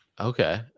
Okay